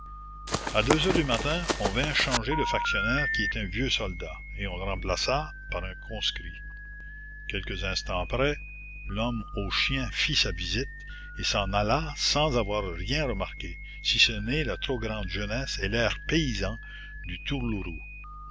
à deux heures du matin on vint changer le factionnaire qui était un vieux soldat et on le remplaça par un conscrit quelques instants après l'homme aux chiens fit sa visite et s'en alla sans avoir rien remarqué si ce n'est la trop grande jeunesse et l'air paysan du